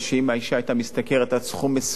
אם האשה היתה משתכרת עד סכום מסוים,